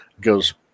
goes